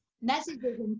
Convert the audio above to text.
Messages